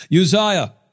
Uzziah